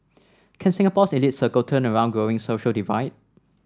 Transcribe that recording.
can Singapore's elite circle turn around growing social divide